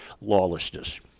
lawlessness